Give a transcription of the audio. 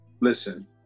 listen